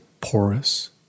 porous